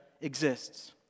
exists